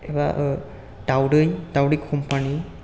एबा ओह दावदै दावदै कम्पानि